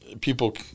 people